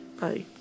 Bye